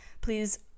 please